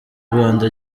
rwanda